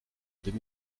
deux